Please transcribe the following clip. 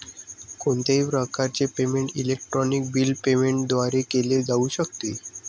कोणत्याही प्रकारचे payment electronic bill payment द्वारे केले जाऊ शकते